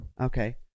Okay